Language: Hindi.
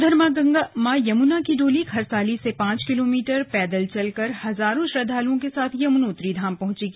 उधर मां यमुना की डोली खरसाली से पांच किलोमीटर पैदल चलकर हजारों श्रद्धालुओं के साथ यमुनोत्री धाम पहुंचेगी